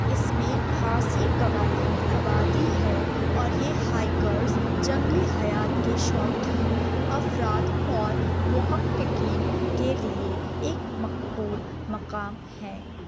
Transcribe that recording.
اس میں خاصی قبائلی ابادی ہے اور یہ ہائیکرس جنگلی حیات کے شوقین افراد اور محققین کے لیے ایک مقبول مقام ہیں